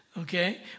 okay